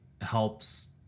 helps